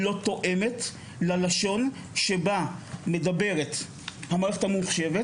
לא תואמת ללשון שבה מדברת המערכת הממוחשבת.